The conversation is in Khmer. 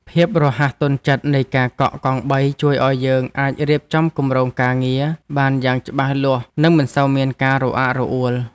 ភាពរហ័សទាន់ចិត្តនៃការកក់កង់បីជួយឱ្យយើងអាចរៀបចំគម្រោងការងារបានយ៉ាងច្បាស់លាស់និងមិនសូវមានការរអាក់រអួល។